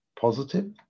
positive